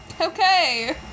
okay